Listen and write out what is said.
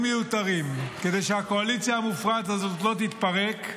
מיותרים כדי שהקואליציה המופרעת הזאת לא תתפרק,